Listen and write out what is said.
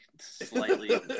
slightly